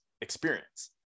experience